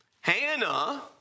Hannah